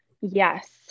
Yes